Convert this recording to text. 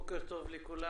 בוקר טוב לכולם,